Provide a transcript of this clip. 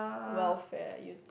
welfare are you